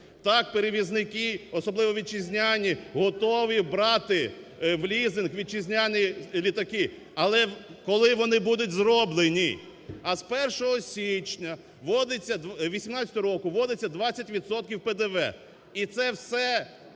так перевізники, особливо вітчизняні, готові брати в лізинг вітчизняні літаки. Але коли вони будуть зроблені? А з 1 січня вводиться, 2018 року, вводиться 20 відсотків ПДВ. І це все